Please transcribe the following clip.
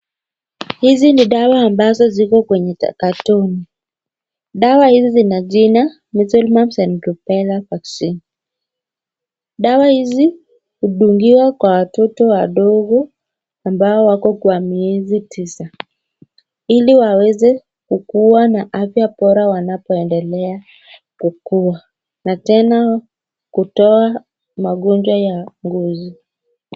Hizi ni dawa ambazo ziko kwenye katoni. Dawa hizi zina jina Measles, Mumps and Rubella vaccine . Dawa hizi hudungiwa kwa watoto wadogo ambao wako kwa miezi tisa ili waweze kukuwa na afya bora wanapoendelea kukua na tena kutoa magonjwa ya ngozi.